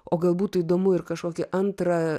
o gal būtų įdomu ir kažkokį antrą